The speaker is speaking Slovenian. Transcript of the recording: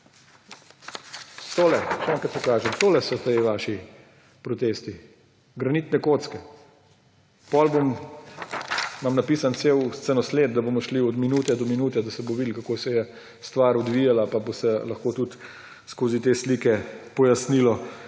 Tole, še enkrat pokažem, tole so ti vaši protesti, granitne kocke. Imam napisan cel scenosled, da bomo šli od minute do minute, da se bo videlo, kako se je stvar odvijala, pa bo se lahko tudi skozi te slike pojasnilo,